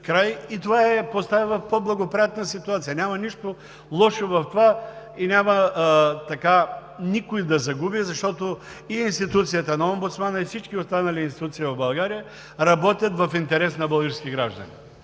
и това я поставя в по-благоприятна ситуация. Няма нищо лошо в това и няма никой да загуби, защото и институцията на Омбудсмана, и всички останали институции в България работят в интерес на българските граждани,